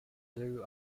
blue